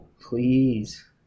Please